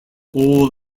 all